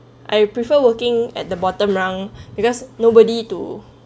I prefer working at the bottom run because nobody to